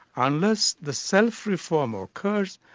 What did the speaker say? unless the self-reform occurs,